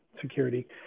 security